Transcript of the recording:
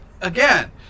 again